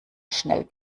schnell